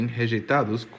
rejeitados